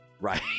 right